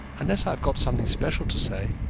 unless i have got something special to say,